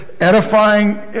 edifying